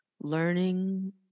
Learning